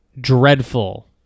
dreadful